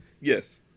Yes